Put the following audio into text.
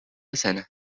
سنة